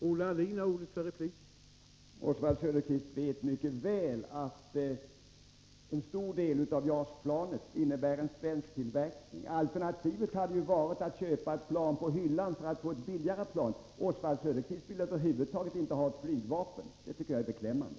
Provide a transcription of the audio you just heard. Herr talman! Oswald Söderqvist vet mycket väl att en stor del av JAS-planet tillverkas i Sverige. Alternativet hade ju varit att köpa ett plan på hyllan för att få ett billigare plan. Oswald Söderqvist vill över huvud taget inte ha ett flygvapen. Det tycker jag är beklämmande.